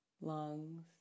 lungs